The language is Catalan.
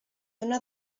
una